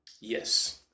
Yes